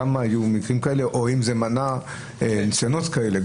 כמה היו מקרים כאלה או אם זה מנע ניסיונות כאלה.